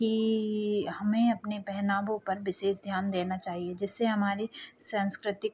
कि हमें अपने पहनावों पर विशेष ध्यान देना चाहिए जिससे हमारी साँस्कृतिक